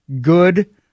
good